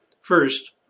First